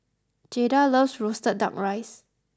Jaeda loves Roasted Duck Rice